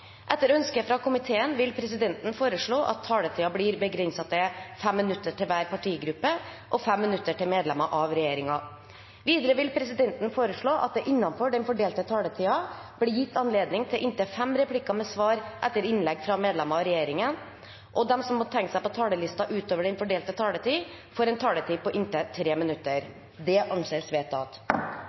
Etter ønske fra helse- og omsorgskomiteen vil presidenten foreslå at taletiden blir begrenset til 5 minutter til hver partigruppe og 5 minutter til medlemmer av regjeringen. Videre vil presidenten foreslå at det – innenfor den fordelte taletid – blir gitt anledning til inntil fem replikker med svar etter innlegg fra medlemmer av regjeringen, og at de som måtte tegne seg på talerlisten utover den fordelte taletid, får en taletid på inntil 3 minutter. – Det anses vedtatt.